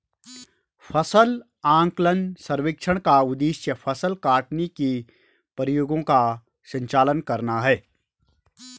फसल आकलन सर्वेक्षण का उद्देश्य फसल काटने के प्रयोगों का संचालन करना है